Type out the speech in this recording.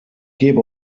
gebe